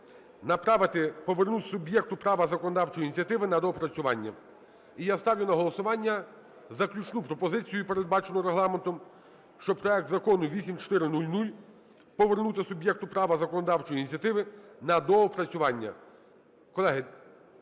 направити, повернути суб'єкту права законодавчої ініціативи на доопрацювання. І я ставлю на голосування заключну пропозицію, передбачену Регламентом, щоб проект Закону 8400 повернути суб'єкту права законодавчої ініціативи на доопрацювання.